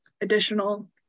additional